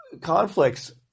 conflicts